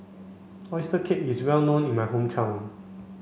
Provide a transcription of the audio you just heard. oyster cake is well known in my hometown